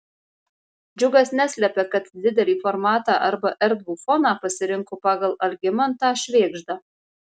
džiugas neslepia kad didelį formatą arba erdvų foną pasirinko pagal algimantą švėgždą